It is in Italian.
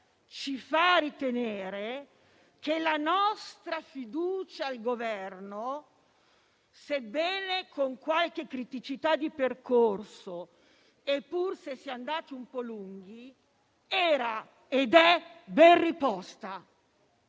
ci fa ritenere che la nostra fiducia al Governo, sebbene con qualche criticità di percorso e pur se si è andati un po' lunghi, era ed è ben riposta.